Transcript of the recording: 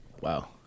Wow